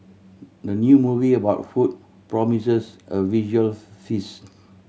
the new movie about food promises a visual feast